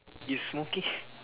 is smoking